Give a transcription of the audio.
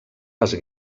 les